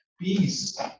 Peace